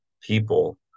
people